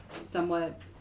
somewhat